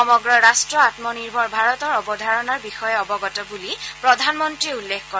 সমগ্ৰ ৰাট্ট আমনিৰ্ভৰ ভাৰতৰ অৱধাৰণাৰ বিষয়ে অৱগত বুলি প্ৰধানমন্ত্ৰীয়ে উল্লেখ কৰে